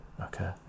Okay